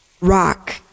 rock